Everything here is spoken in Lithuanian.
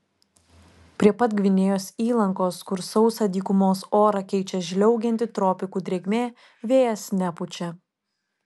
prie pat gvinėjos įlankos kur sausą dykumos orą keičia žliaugianti tropikų drėgmė vėjas nepučia